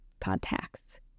Contacts